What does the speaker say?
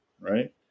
right